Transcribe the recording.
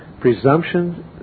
Presumption